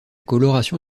coloration